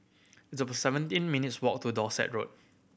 it's seventeen minutes' walk to Dorset Road